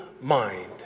mind